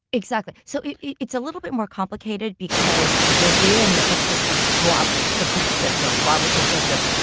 exactly. so, it's a little bit more complicated because, within, let's just take broadly progressives are broadly conservatives.